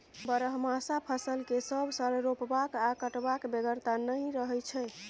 बरहमासा फसल केँ सब साल रोपबाक आ कटबाक बेगरता नहि रहै छै